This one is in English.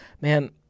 Man